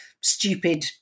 stupid